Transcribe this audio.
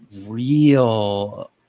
real